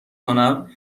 کنم